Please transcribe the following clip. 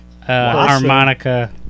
harmonica